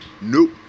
nope